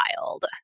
wild